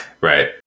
Right